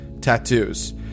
tattoos